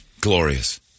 glorious